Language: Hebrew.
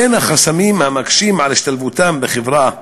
בין החסמים המקשים את השתלבותם בחברה: